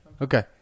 Okay